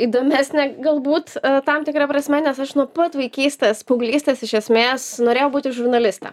įdomesnė galbūt tam tikra prasme nes aš nuo pat vaikystės paauglystės iš esmės norėjau būti žurnalistė